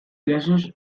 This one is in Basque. erasoz